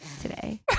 today